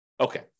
Okay